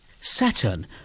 Saturn